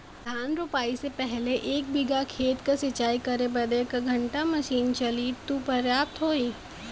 धान रोपाई से पहिले एक बिघा खेत के सिंचाई करे बदे क घंटा मशीन चली तू पर्याप्त होई?